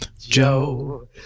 joe